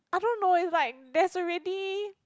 I don't know is like there's already